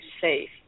safe